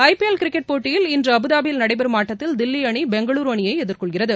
ஐ P L cricket போட்டியில் இன்று அபுதாபியில் நடைபெறும் ஆட்டத்தில் தில்லி அணி பெங்களுர் அணியை எதிர்கொள்கிறது